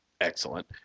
excellent